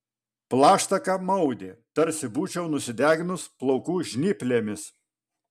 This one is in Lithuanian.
plaštaką maudė tarsi būčiau nusideginus plaukų žnyplėmis